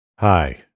Hi